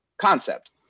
concept